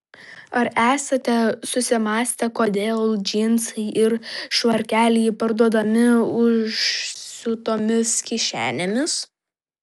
ar esate susimąstę kodėl džinsai ir švarkeliai parduodami užsiūtomis kišenėmis